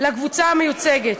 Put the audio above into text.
לקבוצה המיוצגת.